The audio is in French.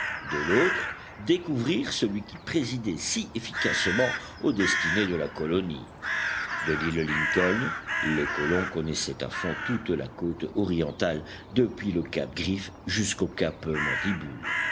de l'autre découvrir celui qui présidait si efficacement aux destinées de la colonie de l'île lincoln les colons connaissaient à fond toute la côte orientale depuis le cap griffe jusqu'aux caps mandibules